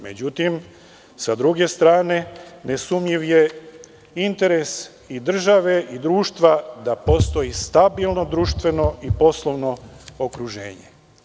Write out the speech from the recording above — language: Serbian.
Međutim, s druge strane, ne sumnjiv je interes i države i društva da postoji stabilno društveno i poslovno okruženje.